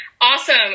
awesome